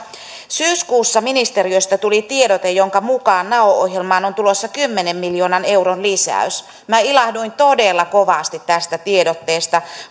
syyskuussa ministeriöstä tuli tiedote jonka mukaan nao ohjelmaan on tulossa kymmenen miljoonan euron lisäys minä ilahduin todella kovasti tästä tiedotteesta